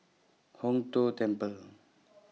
Hong Tho Temple